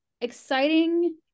exciting